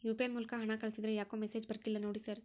UPI ಮೂಲಕ ಹಣ ಕಳಿಸಿದ್ರ ಯಾಕೋ ಮೆಸೇಜ್ ಬರ್ತಿಲ್ಲ ನೋಡಿ ಸರ್?